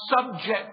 subject